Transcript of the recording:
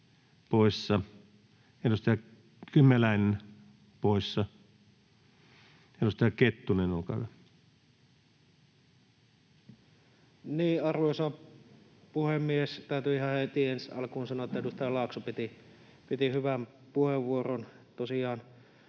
edustaja Kymäläinen poissa. — Edustaja Kettunen, olkaa hyvä. Arvoisa puhemies! Täytyy ihan heti ensi alkuun sanoa, että edustaja Laakso piti hyvän puheenvuoron.